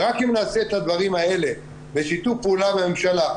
רק אם נעשה את הדברים האלה בשיתוף פעולה עם הממשלה,